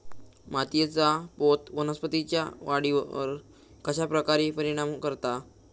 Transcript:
मातीएचा पोत वनस्पतींएच्या वाढीवर कश्या प्रकारे परिणाम करता?